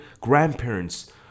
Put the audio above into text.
grandparents